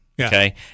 Okay